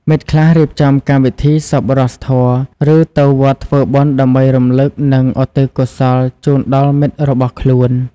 មិត្តខ្លះរៀបចំកម្មវិធីសប្បុរសធម៌ ឬទៅវត្តធ្វើបុណ្យដើម្បីរំលឹក និងឧទ្ទិសកុសលជូនដល់មិត្តរបស់ខ្លួន។